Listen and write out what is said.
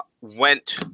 went